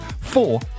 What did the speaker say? four